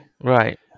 Right